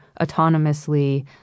autonomously